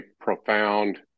profound